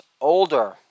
older